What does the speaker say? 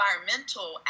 environmental